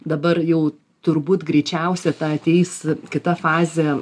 dabar jau turbūt greičiausia tą ateis kita fazė